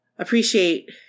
Appreciate